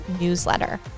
newsletter